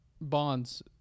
Bonds